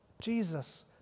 Jesus